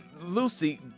Lucy